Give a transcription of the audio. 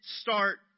start